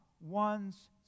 one's